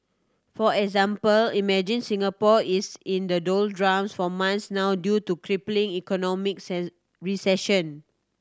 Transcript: for example imagine Singapore is in the doldrums for months now due to crippling economic recession